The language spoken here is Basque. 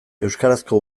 euskarazko